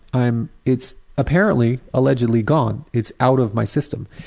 i'm it's apparently, allegedly, gone. it's out of my system.